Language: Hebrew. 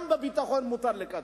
גם בביטחון מותר לקצץ.